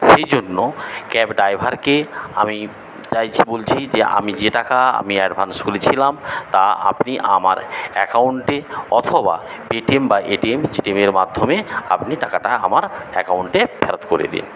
সেইজন্য ক্যাব ড্রাইভারকে আমি চাইছি বলছি যে আমি যে টাকা আমি অ্যাডভান্স করেছিলাম তা আপনি আমার অ্যাকাউন্টে অথবা পেটিএম বা এ টি এমের মাধ্যমে আপনি টাকাটা আমার অ্যাকাউন্টে ফেরত করে দিন